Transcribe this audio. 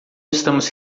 estamos